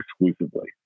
exclusively